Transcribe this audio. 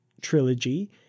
trilogy